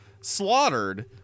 slaughtered